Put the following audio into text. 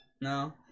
No